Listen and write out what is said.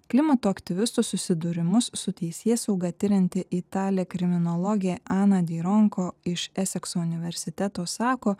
klimato aktyvistų susidūrimus su teisėsauga tirianti italė kriminologija ana deironko iš esekso universiteto sako